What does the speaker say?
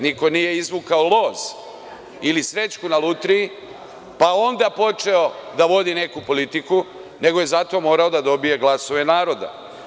Niko nije izvukao loz ili srećku na lutriji, pa onda počeo da vodi neku politiku, nego je za to morao da dobije glasove naroda.